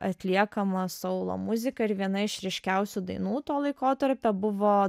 atliekama solo muzika ir viena iš ryškiausių dainų to laikotarpio buvo